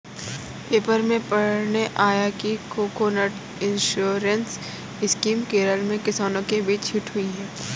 paper में पढ़ने आया कि कोकोनट इंश्योरेंस स्कीम केरल में किसानों के बीच हिट हुई है